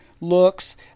looks